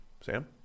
Sam